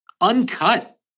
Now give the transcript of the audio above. uncut